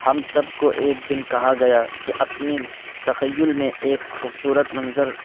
ہم سب کو ایک دن کہا گیا کہ اپنی تخیل میں ایک خوبصورت منظر